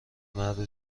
مرد